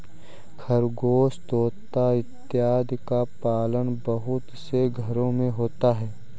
खरगोश तोता इत्यादि का पालन बहुत से घरों में होता है